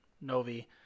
novi